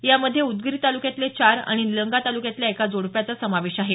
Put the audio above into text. यामध्ये उदगीर तालुक्यातले चार आणि निलंगा तालुक्यातल्या एका जोडप्याचा समावेश आहे